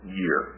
year